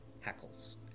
hackles